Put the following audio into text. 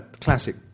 classic